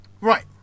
Right